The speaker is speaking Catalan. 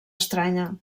estranya